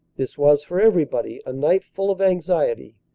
this was for everybod y a night full of anxiety,